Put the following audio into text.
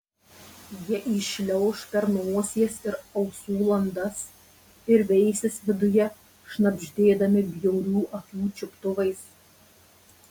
jie įšliauš per nosies ir ausų landas ir veisis viduje šnabždėdami bjaurių akių čiuptuvais